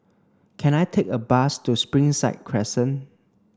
can I take a bus to Springside Crescent